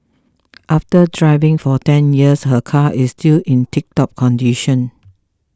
after driving for ten years her car is still in tiptop condition